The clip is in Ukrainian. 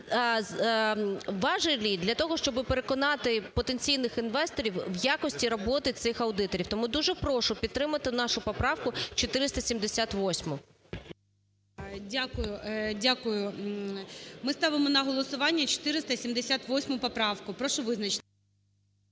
важелі для того, щоби переконати потенційних інвесторів в якості роботи цих аудиторів. Тому дуже прошу підтримати нашу поправку 478. ГОЛОВУЮЧИЙ. Дякую. Дякую. Ми ставимо на голосування 478 поправку. Прошу визначитися.